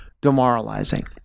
demoralizing